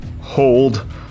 Hold